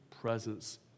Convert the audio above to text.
presence